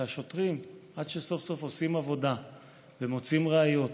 השוטרים: עד שסוף-סוף עושים עבודה ומוצאים ראיות